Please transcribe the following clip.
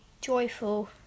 joyful